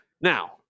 now